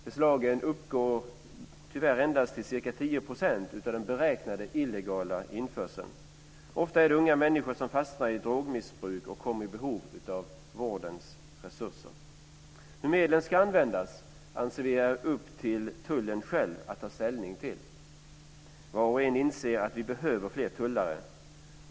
Beslagen uppgår tyvärr endast till ca 10 % av den beräknade illegala införseln. Ofta är det unga människor som fastnar i drogmissbruk och har behov av vårdens resurser. Vi anser att det är upp till tullen själv att ta ställning till hur medlen ska användas. Var och en inser att vi behöver fler tullare.